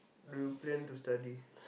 do you plan to study